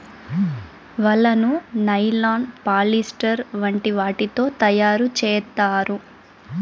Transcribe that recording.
వలను nylon, polyester వంటి వాటితో తయారు చేత్తారు